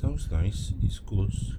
sounds nice east coast